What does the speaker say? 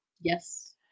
Yes